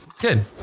Good